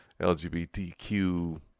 LGBTQ